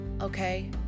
okay